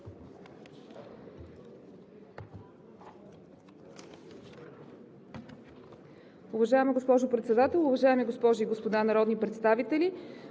Уважаеми господин Председател, уважаеми госпожи и господа народни представители!